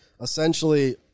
Essentially